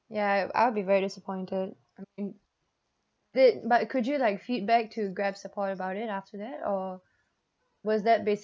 ya I'll be very disappointed mm did but could you like feedback to grab support about it after that or was that